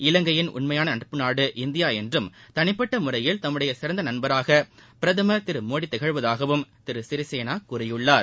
இலங்கையின் உண்மையான நட்பு நாடு இந்தியா என்றும் தனிப்பட்ட முறையில் தம்முடைய சிறந்த நண்பராக பிரதமர் திரு மோடி திகழ்வதாகவும் திரு சிறிசேனா கூறியுள்ளார்